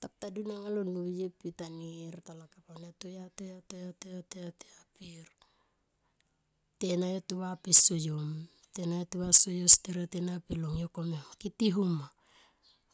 Ta puta dun alo nuye pe ta nir talakap ana to ya. to ya. to ya per tena yo to va pe soyom. Tena yo tu va pe so yo steret ena pe long yo komia ke ti no ma.